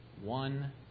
One